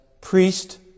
priest